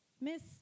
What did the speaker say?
Miss